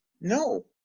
No